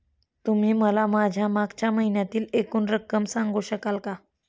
तुम्ही मला माझ्या मागच्या महिन्यातील एकूण रक्कम सांगू शकाल का?